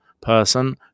person